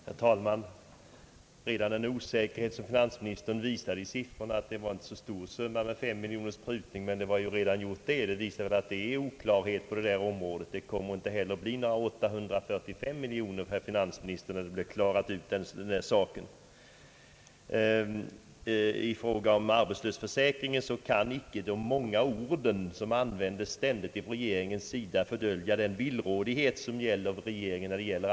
Herr talman! Redan finansministerns osäkerhet i fråga om siffrorna, även om det inie gällde en så stor summa det var 5 miljoners prutning — visar att det råder oklarhet på detta område. Det kommer inte heller att bli några 845 miljoner, herr finansminister, när den saken blir uppklarad. I fråga om arbetslöshetsförsäkringen kan icke de många orden som ständigt används från regeringens sida fördölja villrådigheten hos regeringen.